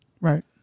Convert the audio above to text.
Right